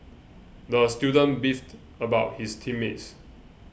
the student beefed about his team mates